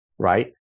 Right